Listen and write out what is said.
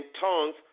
tongues